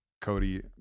cody